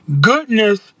Goodness